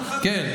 זה בסדר,